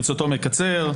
ברצותו מקצר.